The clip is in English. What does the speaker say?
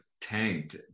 tanked